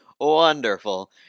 Wonderful